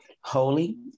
holy